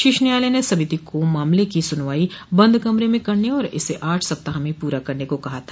शीर्ष न्यायालय ने समिति को मामले की सुनवाई बंद कमरे में करने और इसे आठ सप्ताह में पूरा करने को कहा था